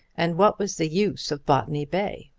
and what was the use of botany bay.